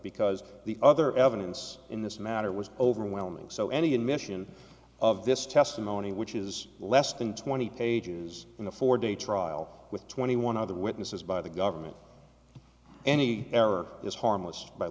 because the other evidence in this matter was overwhelming so any admission of this testimony which is less than twenty pages in the four day trial with twenty one other witnesses by the government any error is harmless by